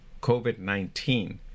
COVID-19